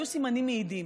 היו סימנים מעידים.